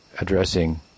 addressing